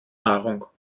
nahrung